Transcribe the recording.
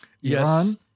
Yes